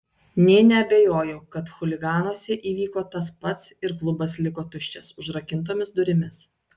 nė neabejojau kad chuliganuose įvyko tas pats ir klubas liko tuščias užrakintomis durimis